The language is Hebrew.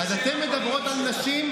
ואז אתן מדברות על נשים.